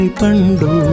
pandu